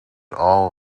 all